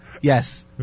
yes